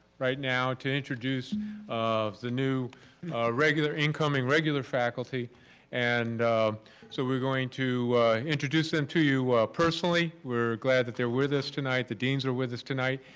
right now to introduce the new regular incoming regular faculty and so we're going to introduce them to you personally, we're glad that they're with us tonight. the deans are with us tonight,